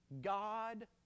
God